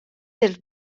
dels